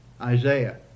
Isaiah